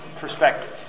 perspective